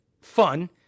fun